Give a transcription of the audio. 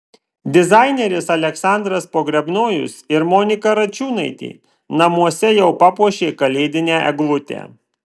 dizaineris aleksandras pogrebnojus ir monika račiūnaitė namuose jau papuošė kalėdinę eglutę